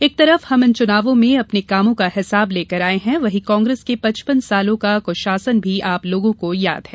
एक तरफ हम इन चुनावों में अपने कामों का हिसाब लेकर आये हैं वहीं कांग्रेस के पचपन सालों का कुशासन भी आप लोगों को याद है